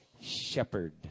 shepherd